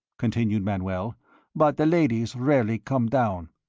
continued manoel, but the ladies rarely come down.